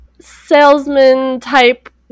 salesman-type